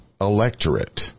electorate